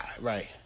Right